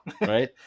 Right